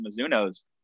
Mizunos